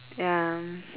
ya